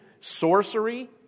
sorcery